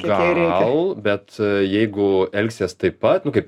gal bet jeigu elgsies taip pat nu kaip